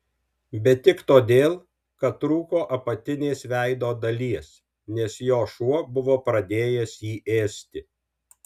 bet tik todėl kad trūko apatinės veido dalies nes jo šuo buvo pradėjęs jį ėsti